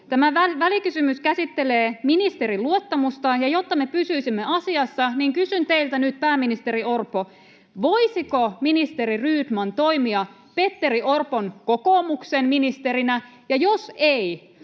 Tämä välikysymys käsittelee ministerin luottamusta, ja jotta me pysyisimme asiassa, niin kysyn teiltä nyt, pääministeri Orpo: voisiko ministeri Rydman toimia Petteri Orpon kokoomuksen ministerinä, ja jos ei,